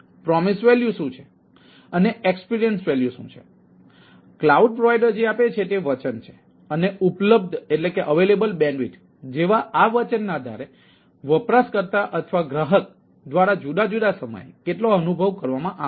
promise value જેવા આ વચનના આધારે વપરાશકર્તા અથવા ગ્રાહક દ્વારા જુદા જુદા સમયે કેટલો અનુભવ કરવામાં આવે છે